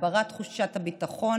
הגברת תחושת הביטחון